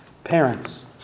Parents